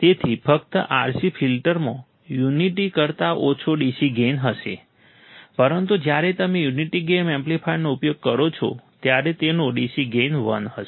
તેથી ફક્ત RC ફિલ્ટરમાં યુનિટી કરતા ઓછો DC ગેઇન હશે પરંતુ જ્યારે તમે યુનિટી ગેઈન એમ્પ્લીફાયરનો ઉપયોગ કરો છો ત્યારે તેનો DC ગેઈન વન હશે